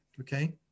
Okay